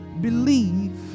Believe